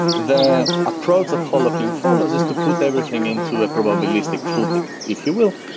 the approach that holoclean follows is to put everything into a probabilistic footing, if you will,